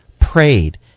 prayed